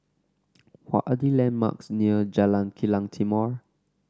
what are the landmarks near Jalan Kilang Timor